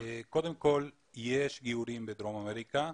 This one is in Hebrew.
קודם יש גיורים בדרום אמריקה,